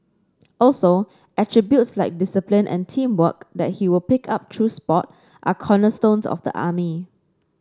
also attributes like discipline and teamwork that he will pick up through sport are cornerstones of the army